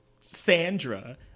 Sandra